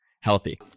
healthy